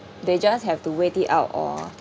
they just have to wait it out or